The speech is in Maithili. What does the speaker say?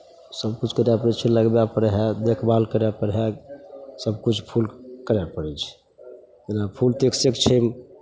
सभकिछु करय पड़ै छै लगबय पड़ै हइ देखभाल करय पड़ै हइ सभकिछु फूलके करय पड़ै छै जेना फूल तऽ एकसँ एक छै